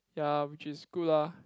ya which is good ah